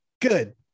good